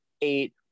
eight